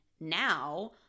now